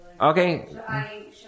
Okay